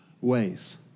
ways